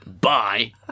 Bye